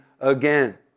again